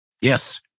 Yes